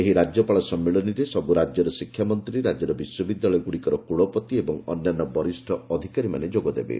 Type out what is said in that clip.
ଏହି ରାଜ୍ୟପାଳ ସମ୍ମିଳନୀରେ ସବୁ ରାଜ୍ୟର ଶିକ୍ଷାମନ୍ତ୍ରୀ ରାଜ୍ୟର ବିଶ୍ୱବିଦ୍ୟାଳୟଗୁଡ଼ିକର କୁଳପତି ଏବଂ ଅନ୍ୟାନ୍ୟ ବରିଷ୍ଣ ଅଧିକାରୀମାନେ ଯୋଗ ଦେବେ